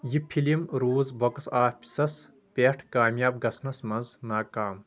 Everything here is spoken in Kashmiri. یہِ فِلِم روُز بۄکس آفِسس پٮ۪ٹھ کامیاب گَژھنَس منٛز ناکام